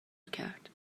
کرد